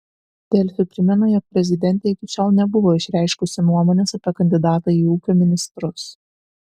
delfi primena jog prezidentė iki šiol nebuvo išreiškusi nuomonės apie kandidatą į ūkio ministrus